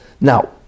now